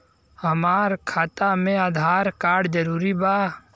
हमार खाता में आधार कार्ड जरूरी बा?